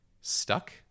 stuck